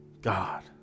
God